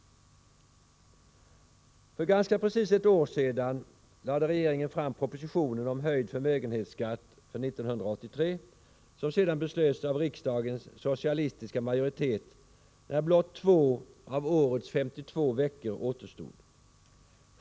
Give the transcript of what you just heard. För ganska precis ett år sedan lade regeringen fram propositionen om höjd förmögenhetsskatt för 1983 som sedan beslöts av riksdagens socialistiska majoritet när blott 2 av årets 52 veckor återstod.